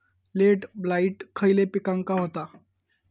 Late blight खयले पिकांका होता?